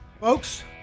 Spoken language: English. Folks